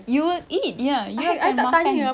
you will eat ya you akan makan